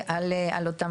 ד"ר קרקיס,